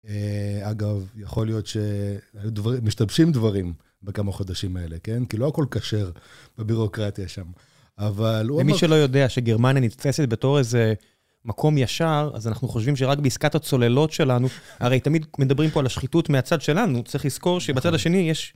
אגב, יכול להיות שמשתבשים דברים בכמה חודשים האלה, כן? כי לא הכול כשר בבירוקרטיה שם, אבל הוא... למי שלא יודע שגרמניה נתפסת בתור איזה מקום ישר, אז אנחנו חושבים שרק בעסקת הצוללות שלנו, הרי תמיד מדברים פה על השחיתות מהצד שלנו, צריך לזכור שבצד השני יש...